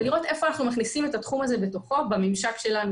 ולראות איפה אנחנו מכניסים את התחום הזה בתוכו בממשק שלנו